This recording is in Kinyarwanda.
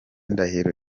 ndahiro